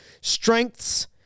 Strengths